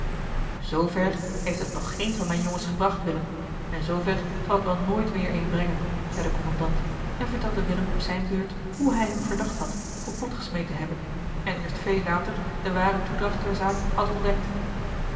zoo ver heeft het nog geen van mijne jongens gebracht willem en zoo ver zal het wel nooit weer een brengen zei de kommandant en vertelde willem op zijne beurt hoe hij hem verdacht had een complot gesmeed te hebben en eerst veel later de ware toedracht der zaak had ontdekt